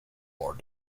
more